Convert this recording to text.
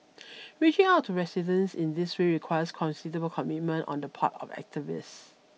reaching out to residents in these requires considerable commitment on the part of activists